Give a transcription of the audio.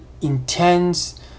intense